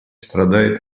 страдает